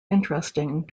interesting